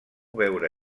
veure